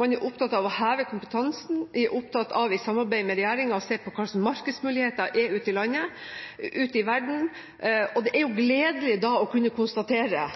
Man er opptatt av å heve kompetansen. Man er opptatt av – i samarbeid med regjeringen – å se på hva slags markedsmuligheter det er ute i verden. Det er gledelig da å kunne konstatere